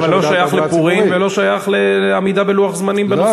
אבל זה לא שייך לפורים ולא שייך לעמידה בלוח זמנים בנושא.